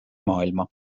maailma